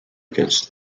against